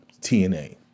TNA